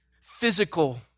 physical